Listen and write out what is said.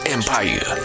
Empire